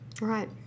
Right